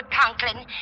Conklin